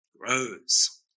Grows